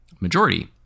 majority